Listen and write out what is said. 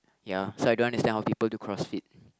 ya so I don't understand how people do CrossFit